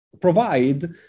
provide